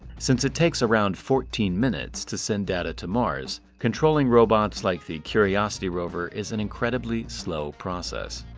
since it takes around fourteen minutes to send data to mars, controlling robots like the curiosity rover is an incredibly slow process.